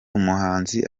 umuhanzi